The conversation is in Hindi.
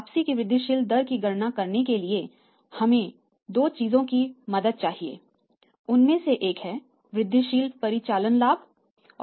वापसी की वृद्धिशील दर की गणना करने के लिए हमें दो चीजों की मदद चाहिए उनमें से एक है वृद्धिशील परिचालन लाभ है